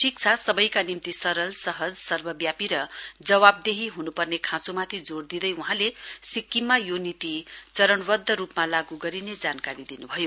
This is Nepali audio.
शिक्षा सबैका निम्ति सरल सहज सर्वव्यापी र जवाहदेही हुनुपर्ने खाँचोमाथि जोड़ दिँदै वहाँले सिक्किममा यो नीतिचरणवद्व रूपमा लागू गरिने जानकारी दिनुभयो